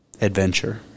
adventure